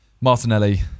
Martinelli